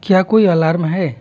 क्या कोई अलार्म है